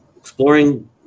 exploring